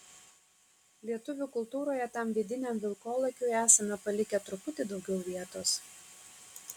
lietuvių kultūroje tam vidiniam vilkolakiui esame palikę truputį daugiau vietos